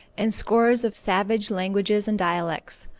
and scores of savage languages and dialects,